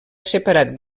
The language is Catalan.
separat